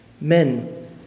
Men